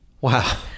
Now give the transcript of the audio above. Wow